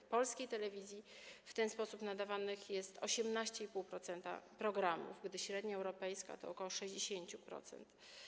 W polskiej telewizji w ten sposób nadawanych jest 18,5% programów, gdy średnia europejska to ok. 60%.